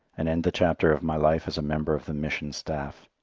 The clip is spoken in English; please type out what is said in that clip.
and end the chapter of my life as a member of the mission staff.